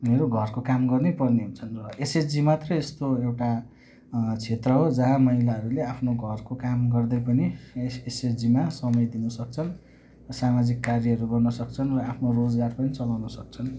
उनीहरू घरको काम गर्नैपर्ने हुन्छन् र एसएचजी मात्रै यस्तो एउटा क्षेत्र हो जहाँ महिलाहरूले आफ्नो घरको काम गर्दै पनि यस एसएचजीमा समय दिन सक्छन् सामाजिक कार्यहरू गर्न सक्छन् र आफ्नो रोजगार पनि चलाउन सक्छन्